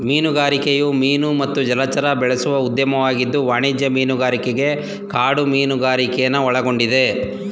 ಮೀನುಗಾರಿಕೆಯು ಮೀನು ಮತ್ತು ಜಲಚರ ಬೆಳೆಸುವ ಉದ್ಯಮವಾಗಿದ್ದು ವಾಣಿಜ್ಯ ಮೀನುಗಾರಿಕೆ ಕಾಡು ಮೀನುಗಾರಿಕೆನ ಒಳಗೊಂಡಿದೆ